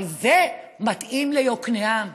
אבל זה מתאים ליקנעם,